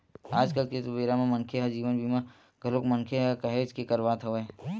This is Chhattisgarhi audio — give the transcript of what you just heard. आज कल तो बेरा म मनखे ह जीवन बीमा घलोक मनखे ह काहेच के करवात हवय